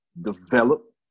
develop